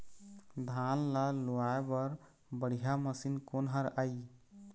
धान ला लुआय बर बढ़िया मशीन कोन हर आइ?